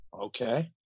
Okay